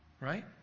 Right